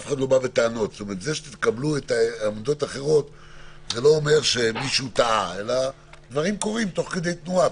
צריך לזכור שדברים משתנים תוך כדי תנועה.